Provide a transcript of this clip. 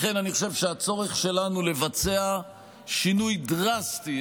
לכן אני חושב שהצורך שלנו לבצע שינוי דרסטי,